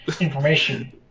information